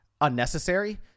unnecessary